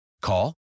Call